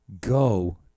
go